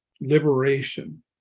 liberation